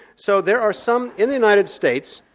so there are some, in the united states,